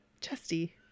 Chesty